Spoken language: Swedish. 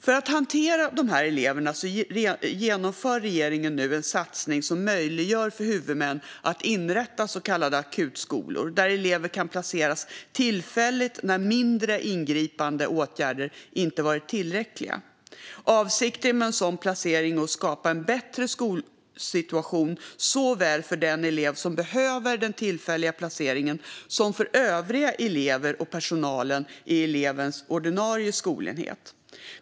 För att hantera dessa elever genomför regeringen nu en satsning som möjliggör för huvudmän att inrätta så kallade akutskolor, där elever kan placeras tillfälligt när mindre ingripande åtgärder inte varit tillräckliga. Avsikten med en sådan placering är att skapa en bättre skolsituation såväl för den elev som behöver den tillfälliga placeringen som för övriga elever och personalen i elevens ordinarie skolenhet.